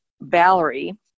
Valerie